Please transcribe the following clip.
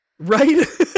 Right